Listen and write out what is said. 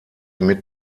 mit